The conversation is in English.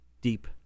deep